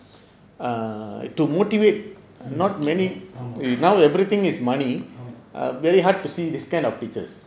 mm ஆமா ஆமா:aama aama